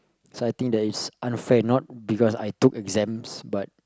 so I think that is unfair not because I took exams but